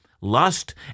lust